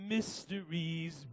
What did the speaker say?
Mysteries